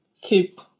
keep